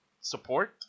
support